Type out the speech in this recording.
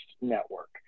network